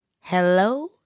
Hello